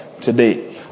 today